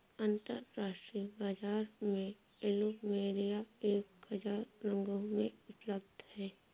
अंतरराष्ट्रीय बाजार में प्लुमेरिया एक हजार रंगों में उपलब्ध हैं